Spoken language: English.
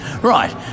Right